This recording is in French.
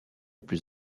plus